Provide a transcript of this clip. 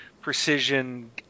precision